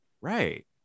Right